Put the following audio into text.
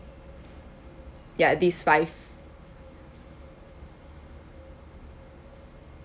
ya these five